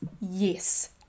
yes